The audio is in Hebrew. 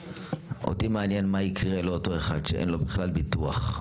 אותי מעניין מה יקרה לאותו אחד שאין לו בכלל ביטוח,